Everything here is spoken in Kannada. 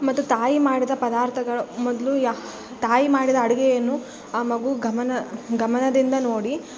ಮತ್ತು ತಾಯಿ ಮಾಡಿದ ಪದಾರ್ಥಗಳು ಮೊದಲು ಯಾ ತಾಯಿ ಮಾಡಿದ ಅಡುಗೆಯನ್ನು ಆ ಮಗು ಗಮನ ಗಮನದಿಂದ ನೋಡಿ